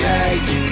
age